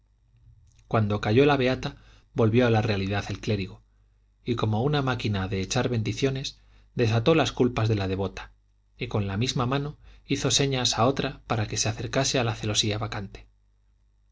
cuando calló la beata volvió a la realidad el clérigo y como una máquina de echar bendiciones desató las culpas de la devota y con la misma mano hizo señas a otra para que se acercase a la celosía vacante